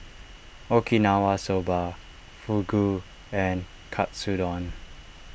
Okinawa Soba Fugu and Katsudon